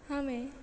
हांवें